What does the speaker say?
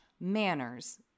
manners